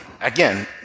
again